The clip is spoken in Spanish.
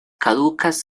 caducas